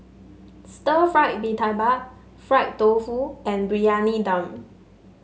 Stir Fried Mee Tai Mak Fried Tofu and Briyani Dum